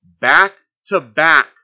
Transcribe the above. back-to-back